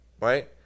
right